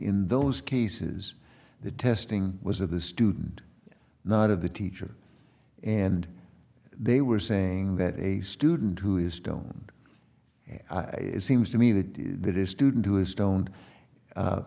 in those cases the testing was of the student not of the teacher and they were saying that a student who is don't it seems to me that that is student who is stone